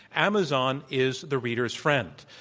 amazon is the reader's friend.